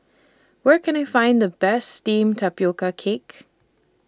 Where Can I Find The Best Steamed Tapioca Cake